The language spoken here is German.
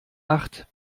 acht